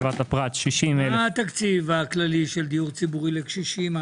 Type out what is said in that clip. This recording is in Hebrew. מינהל ואמרכלות 41,104